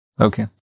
Okay